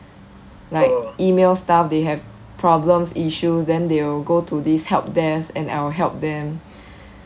like email stuff they have problems issues then they will go to these help desk and I will help them